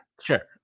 sure